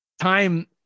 time